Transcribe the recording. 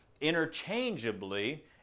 interchangeably